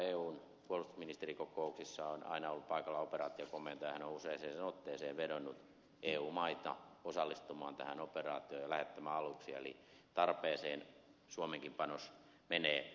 eun puolustusministerikokouksissa on aina ollut paikalla operaatiokomentaja ja hän on useaan otteeseen pyytänyt eu maita osallistumaan tähän operaatioon ja lähettämään aluksia eli tarpeeseen suomenkin panos menee